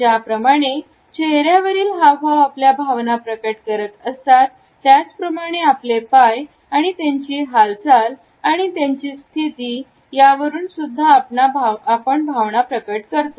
ज्याप्रमाणे चेहऱ्यावरील हावभाव आपल्या भावना प्रकट करतात त्याचप्रमाणे आपले पाय त्यांची हालचाल आणि त्यांची स्थिती यावरून सुद्धा आपण भावना प्रकट करतो